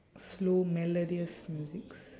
slow melodious music